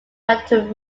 metal